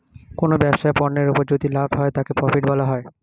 কোনো ব্যবসায় পণ্যের উপর যদি লাভ হয় তাকে প্রফিট বলা হয়